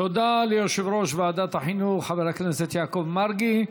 תודה ליושב-ראש ועדת החינוך חבר הכנסת יעקב מרגי.